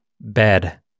Bed